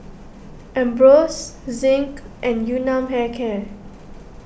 Ambros Zinc and Yun Nam Hair Care